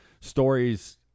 stories